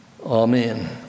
Amen